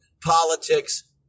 politics